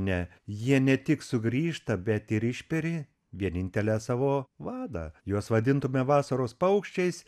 ne jie ne tik sugrįžta bet ir išperi vienintelę savo vadą juos vadintumėm vasaros paukščiais